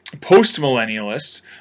post-millennialists